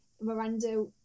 Miranda